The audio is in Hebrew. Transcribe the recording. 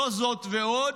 זאת ועוד,